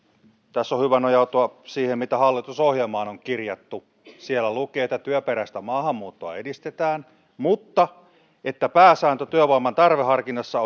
tässä on hyvä nojautua siihen mitä hallitusohjelmaan on kirjattu siellä lukee että työperäistä maahanmuuttoa edistetään mutta että pääsääntö työvoiman tarveharkinnassa